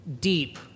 deep